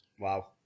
Wow